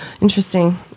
interesting